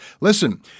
Listen